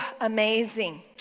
amazing